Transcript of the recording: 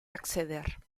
acceder